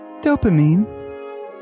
Dopamine